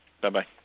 Bye-bye